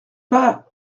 pas